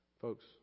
Folks